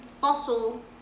Fossil